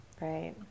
Right